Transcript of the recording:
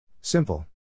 Simple